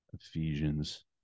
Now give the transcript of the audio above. Ephesians